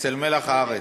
אצל מלח הארץ.